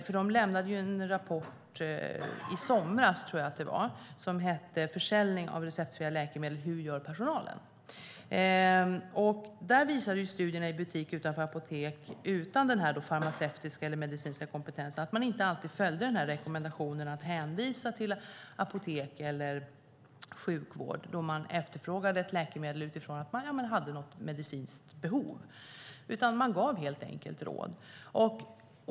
Verket lämnade en rapport i somras, tror jag att det var, som heter Försäljning av receptfria läkemedel - Hur gör personalen? Där visade studierna i butik utanför apotek och utan den farmaceutiska eller medicinska kompetensen att de inte alltid följde rekommendationen att hänvisa till apotek eller sjukvård då en person efterfrågade ett läkemedel utifrån att han eller hon hade ett medicinskt behov. Personalen gav helt enkelt råd.